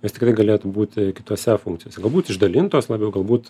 nes tikrai galėtų būti kitose funkcijose galbūt išdalintos labiau galbūt